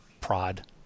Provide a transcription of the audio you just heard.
prod